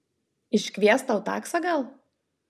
iškviest tau taksą gal